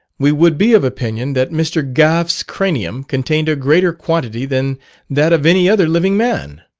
we would be of opinion that mr. gough's cranium contained a greater quantity than that of any other living man.